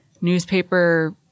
newspaper